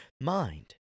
mind